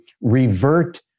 revert